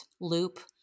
loop